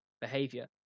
behavior